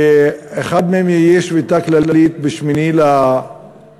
שאחד מהם יהיה שביתה כללית ב-8 ביולי,